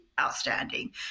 outstanding